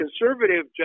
conservative